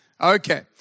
Okay